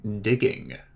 digging